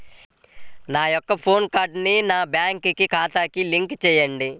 నా యొక్క పాన్ కార్డ్ని నా బ్యాంక్ ఖాతాకి లింక్ చెయ్యండి?